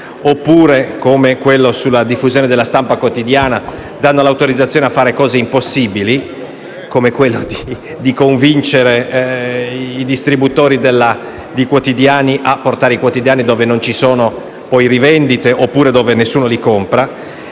oppure, come quello sulla diffusione della stampa quotidiana, danno l'autorizzazione a fare cose impossibili, come convincere i distributori dei quotidiani a portare i quotidiani dove non ci sono rivendite oppure dove nessuno li compra,